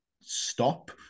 stop